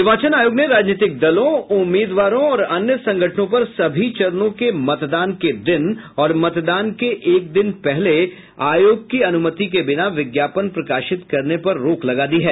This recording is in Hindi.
निर्वाचन आयोग ने राजनीतिक दलों उम्मीदवारों और अन्य संगठनों पर सभी चरणों के मतदान के दिन और मतदान के दिन से एक दिन पहले आयोग की अनूमति के बिना विज्ञापन प्रकाशित करने पर रोक लगा दी है